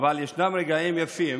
ישנם רגעים יפים